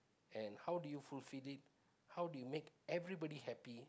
and how do you fulfil it how do you make everybody happy